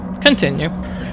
continue